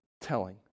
telling